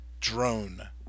drone